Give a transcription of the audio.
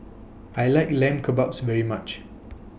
I like Lamb Kebabs very much